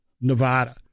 Nevada